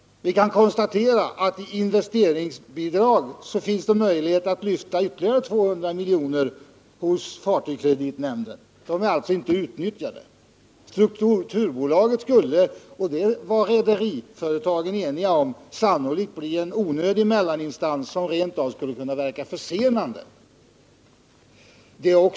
Vi kan konstatera att det i fråga om investeringsbidrag finns möjlighet att lyfta ytterligare 200 milj.kr. hos fartygskreditnämnden. Dessa pengar är alltså inte utnyttjade. Ett strukturbolag skulle — det var rederiföretagen eniga om — sannolikt bli en onödig mellaninstans, som rent av skulle kunna verka försenande.